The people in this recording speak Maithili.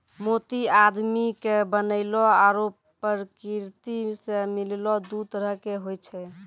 मोती आदमी के बनैलो आरो परकिरति सें मिललो दु तरह के होय छै